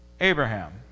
Abraham